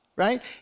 right